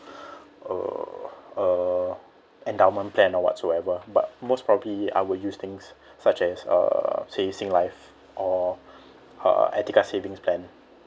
uh uh endowment plan or whatsoever but most probably I will use things such as uh savings life or a etiquette savings plan